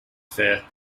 fare